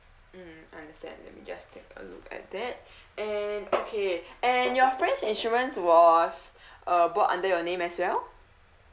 mm understand let me just take a look at that and okay and your friends insurance was uh book under your name as well